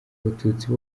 abatutsi